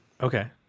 Okay